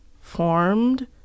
formed